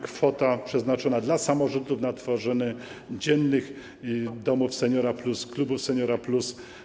Kwota przeznaczona dla samorządów na tworzenie dziennych domów seniora+, klubów seniora+.